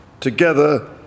Together